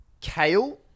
Kale